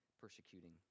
persecuting